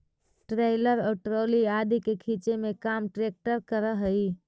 trailer और trolley आदि के खींचे के काम ट्रेक्टर करऽ हई